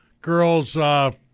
girls